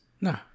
no